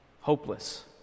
hopeless